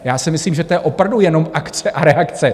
Já si myslím, že to je opravdu jenom akce a reakce.